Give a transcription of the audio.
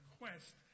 request